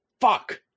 Fuck